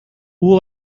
hubo